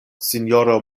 sinjoro